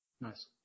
Nice